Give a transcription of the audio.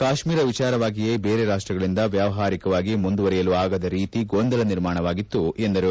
ಕಾಶ್ಮೀರಿ ವಿಚಾರವಾಗಿಯೇ ಬೇರೆ ರಾಷ್ಟಗಳಿಂದ ವ್ಚವಹಾರಿಕವಾಗಿ ಮುಂದುವರೆಯಲು ಆಗದ ರೀತಿ ಗೊಂದಲ ನಿರ್ಮಾಣವಾಗಿತ್ತು ಎಂದರು